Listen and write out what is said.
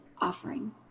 offering